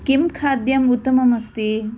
किं खाद्यं उत्तमम् अस्ति